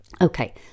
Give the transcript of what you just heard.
Okay